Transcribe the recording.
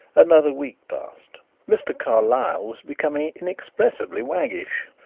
another week passed mr. carlyle was becoming inexpressibly waggish,